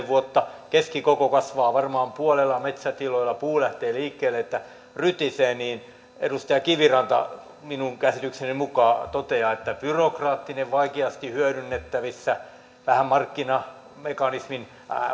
vuotta keskikoko kasvaa varmaan puolella metsätiloilla puu lähtee liikkeelle että rytisee niin edustaja kiviranta minun käsitykseni mukaan toteaa että hanke on byrokraattinen vaikeasti hyödynnettävissä vähän markkinamekanismin